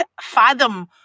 fathom